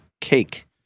cake